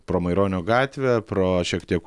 pro maironio gatvę pro šiek tiek